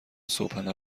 صبحانه